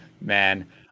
man